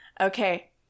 Okay